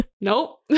Nope